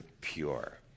pure